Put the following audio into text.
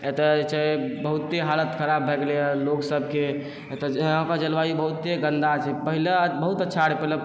एतऽ जे छै बहुते हालत खराब भऽ गेलैए लोकसबके एतऽ यहाँके जलवायु बहुते गन्दा छै पहिले बहुत अच्छा रहै पहिले